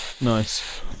Nice